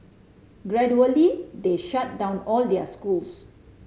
gradually they shut down all their schools